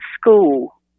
school